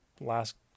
last